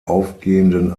aufgehenden